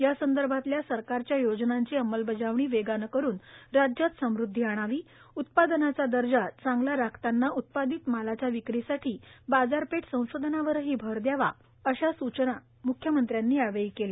यासंदर्भातल्या सरकारच्या योजनांची अंमलबजावणी वेगानं करून राज्यात समुद्धी आणावी उत्पादनाचा दर्जा चांगला राखताना उत्पादीत मालाच्या विक्रीसाठी बाजारपेठ संशोधनावरही भर द्यावा अशा सूचनाही मुख्यमंत्र्यांनी यावेळी केल्या